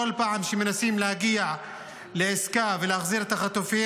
כל פעם שמנסים להגיע לעסקה ולהחזיר את החטופים,